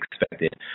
expected